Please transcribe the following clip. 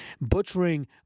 butchering